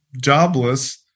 jobless